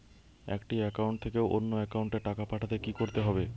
একটি একাউন্ট থেকে অন্য একাউন্টে টাকা পাঠাতে কি করতে হবে?